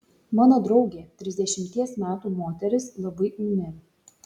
mano draugė trisdešimties metų moteris labai ūmi